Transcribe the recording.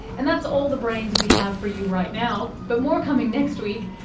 and that's all the brains we have for you right now, but more coming next week.